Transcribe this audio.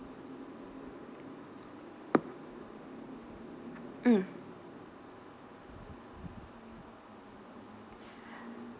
mm